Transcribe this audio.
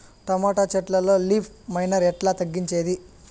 Tomato చెట్లల్లో leaf miner ఎట్లా తగ్గించేది?